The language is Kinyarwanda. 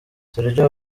sergio